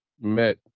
met